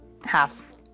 half